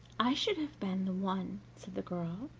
i should have been the one, said the girl.